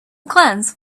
cleanse